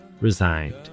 resigned